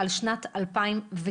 על שנת 2006,